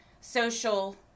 social